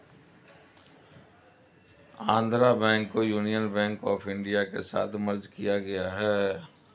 Andhra bank को union bank of India के साथ मर्ज किया गया है